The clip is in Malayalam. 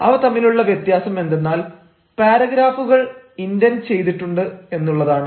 അവ തമ്മിലുള്ള വ്യത്യാസം എന്തെന്നാൽ പാരഗ്രാഫുകൾ ഇന്റെൻഡ് ചെയ്തിട്ടുണ്ട് എന്നുള്ളതാണ്